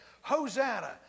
Hosanna